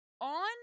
on